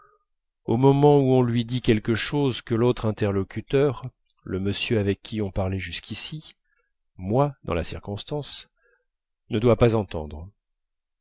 au moment où on lui dit quelque chose que l'autre interlocuteur le monsieur avec qui on parlait jusqu'ici moi dans la circonstance ne doit pas entendre